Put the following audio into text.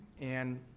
and,